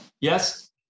Yes